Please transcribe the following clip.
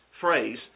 phrase